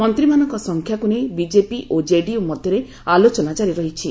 ମନ୍ତ୍ରୀମାନଙ୍କ ସଂଖ୍ୟାକୁ ନେଇ ବିଜେପି ଓ ଜେଡିୟୁ ମଧ୍ୟରେ ଆଲୋଚନା କାରି ରହିଛି